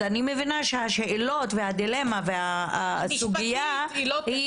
אז אני מבינה שהשאלות והדילמה והסוגייה היא